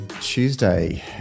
Tuesday